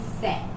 set